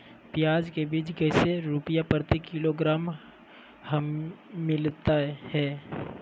प्याज के बीज कैसे रुपए प्रति किलोग्राम हमिलता हैं?